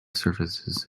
surfaces